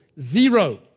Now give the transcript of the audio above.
Zero